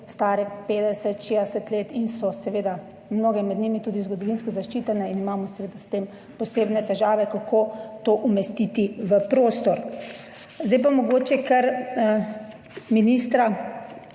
stare 50, 60 let in so mnoge med njimi tudi zgodovinsko zaščitene in imamo seveda s tem posebne težave, kako to umestiti v prostor. Zdaj pa mogoče, ker ministra,